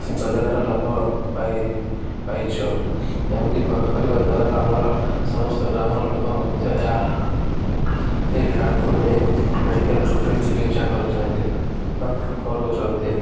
ଯୋଜନାର ଲାଭ ପାଇ ପାଇଛୁ ଏମିତି କରିବା ଦ୍ୱାରା ଆମର ସମସ୍ତ ଗ୍ରାମର ଲୋକ ମଧ୍ୟ ଏହା ଏହିଇ କାର୍ଡ଼କୁ ନେଇ ମେଡ଼ିକାଲରୁ ଫ୍ରି ଚିକିତ୍ସା କରୁଛନ୍ତି ବା କରାଉଛନ୍ତି